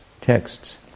texts